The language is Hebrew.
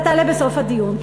אתה תעלה בסוף הדיון.